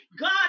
God